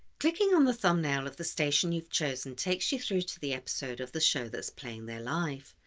clicking on the thumbnail of the station you've chosen takes you through to the episode of the show that's playing there live,